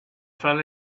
fell